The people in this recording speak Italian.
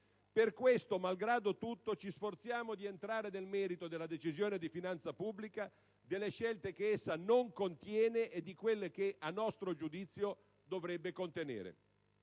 Per questo, malgrado tutto, ci sforziamo di entrare nel merito della Decisione di finanza pubblica, delle scelte che essa non contiene e di quelle che, a nostro giudizio, dovrebbe contenere.